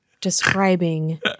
describing